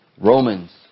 Romans